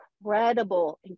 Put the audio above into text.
incredible